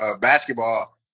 basketball